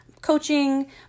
coaching